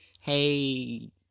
Hey